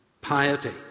piety